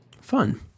Fun